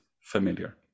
familiar